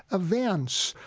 events,